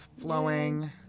flowing